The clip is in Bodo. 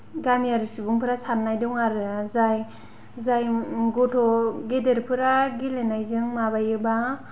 गामियारि सुबुंफोरा सान्नाय दं आरो जाय जाय गथ' गेदेरफोरा गेलेनायजों माबायोबा